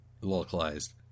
Localized